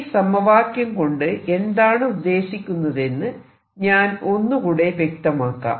ഈ സമവാക്യം കൊണ്ട് എന്താണ് ഉദ്ദേശിക്കുന്നതെന്ന് ഞാൻ ഒന്നുകൂടെ വ്യക്തമാക്കാം